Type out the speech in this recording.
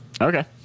Okay